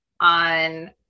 on